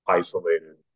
isolated